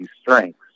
strengths